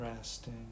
Resting